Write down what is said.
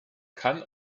kann